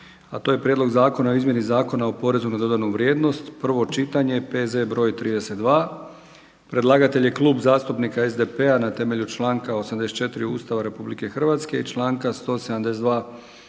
a to je: - Prijedlog zakona o izmjeni Zakona o porezu na dodanu vrijednost, prvo čitanje, P.Z. br. 32; Predlagatelj je Klub zastupnika SDP-a na temelju članka 84. Ustava Republike Hrvatske i članka 172.